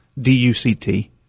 D-U-C-T